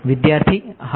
વિદ્યાર્થી હા